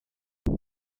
doch